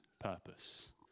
purpose